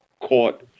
court